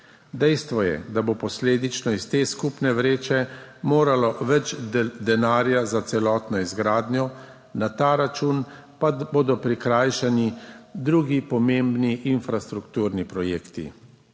Dejstvo je, da bo posledično iz te skupne vreče moralo iti več denarja za celotno izgradnjo, na ta račun pa bodo prikrajšani drugi pomembni infrastrukturni projekti.